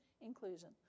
Inclusion